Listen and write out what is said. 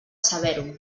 saber